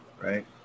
right